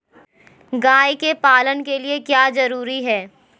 गाय के पालन के लिए क्या जरूरी है?